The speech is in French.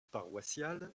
paroissiale